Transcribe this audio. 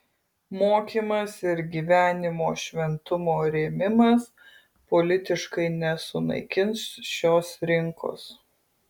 mokymas ir gyvenimo šventumo rėmimas politiškai nesunaikins šios rinkos